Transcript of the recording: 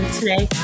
today